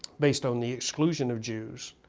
based on the exclusion of jews,